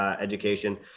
education